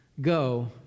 go